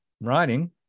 writing